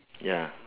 ya